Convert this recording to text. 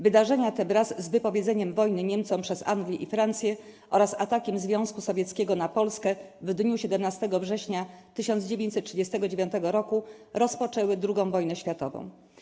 Wydarzenia te wraz z wypowiedzeniem wojny Niemcom przez Anglię i Francję oraz atakiem Związku Sowieckiego na Polskę w dniu 17 września 1939 roku rozpoczęły II Wojnę Światową.